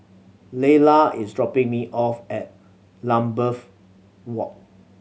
Leyla is dropping me off at Lambeth Walk